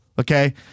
okay